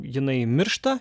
jinai miršta